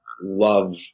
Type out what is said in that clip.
love